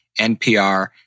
NPR